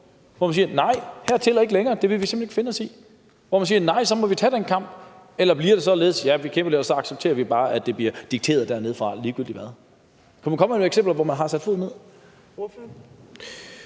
hvor man siger: Nej, hertil og ikke længere, det vil vi simpelt hen ikke finde os i, og nej, så må vi tage den kamp? Eller bliver det således: Ja, vi kæmper lidt, og så accepterer vi bare, at det bliver dikteret dernedefra ligegyldigt hvad? Kunne man komme med nogle eksempler på, hvor man har sat foden ned?